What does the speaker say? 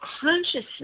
consciousness